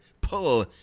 pull